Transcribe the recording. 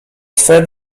swe